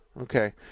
Okay